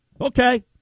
Okay